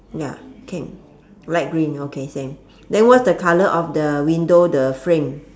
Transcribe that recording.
ya can light green okay same then what's the colour of the window the frame